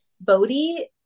Bodhi